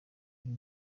uyu